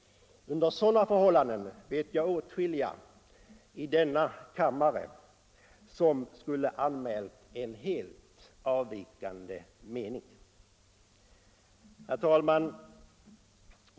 Under sådana förhållanden vet jag åtskilliga i denna kammare som skulle anmält en helt avvikande mening. Herr talman!